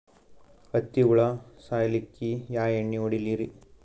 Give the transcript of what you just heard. ಹತ್ತಿ ಹುಳ ಸಾಯ್ಸಲ್ಲಿಕ್ಕಿ ಯಾ ಎಣ್ಣಿ ಹೊಡಿಲಿರಿ?